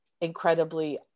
incredibly